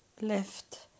left